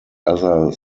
other